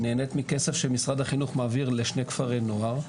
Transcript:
היא נהנית מכסף שמשרד החינוך מעביר לשני כפרי נוער,